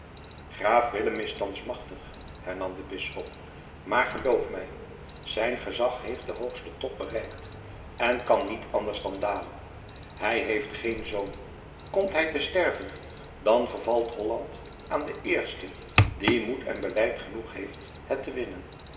graaf willem is thans machtig hernam de bisschop maar geloof mij zijn gezag heeft den hoogsten top bereikt en kan met anders dan dalen hij heeft geen zoon komt hij te sterven dan vervalt holland aan den eersten die moed en beleid genoeg heeft het te winnen